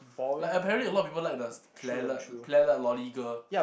like apparently a lot of people like the loli girl